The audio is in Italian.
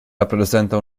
rappresenta